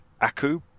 Aku